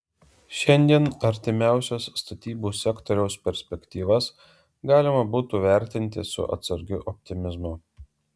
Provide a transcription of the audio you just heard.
šiandien artimiausias statybų sektoriaus perspektyvas galima būtų vertinti su atsargiu optimizmu